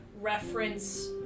reference